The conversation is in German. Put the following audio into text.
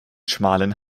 schmalen